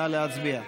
נא להצביע.